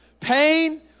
Pain